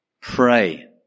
Pray